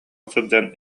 сылдьан